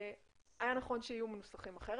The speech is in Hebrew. היה נכון שיהיו מנוסחים אחרת.